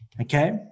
Okay